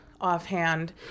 offhand